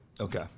Okay